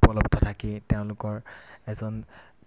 উপলব্ধ থাকেই তেওঁলোকৰ এজন